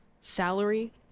salary